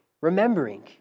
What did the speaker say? remembering